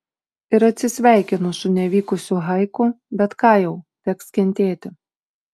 ir atsisveikinu su nevykusiu haiku bet ką jau teks kentėti